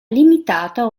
limitata